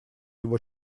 его